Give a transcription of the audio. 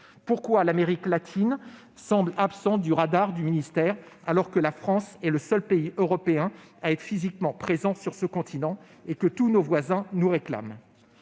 Pourquoi l'Amérique latine semble-t-elle donc absente du radar du ministère, alors que la France est le seul pays européen à être physiquement présent sur ce continent et que tous nos voisins nous y réclament ?